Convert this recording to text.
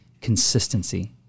consistency